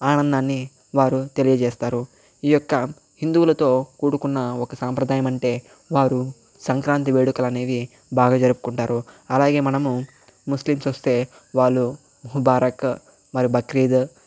ఆనందాన్ని వారు తెలియజేస్తారు ఈ యొక్క హిందువులతో కూడుకున్న ఒక సాంప్రదాయం అంటే వారు సంక్రాంతి వేడుకలు అనేవి బాగా జరుపుకుంటారు అలాగే మనము ముస్లిమ్స్ వస్తే వాళ్ళు ముబారక్ మరియు బక్రీద్